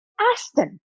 Aston